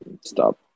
stop